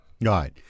Right